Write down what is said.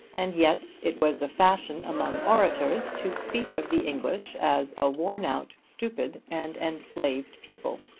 and yet it was the fashion among orators to speak of the english as a worn-out, stupid and enslaved people.